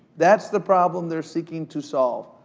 that's the problem they're seeking to solve.